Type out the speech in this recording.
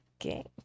Okay